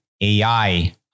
AI